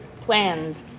plans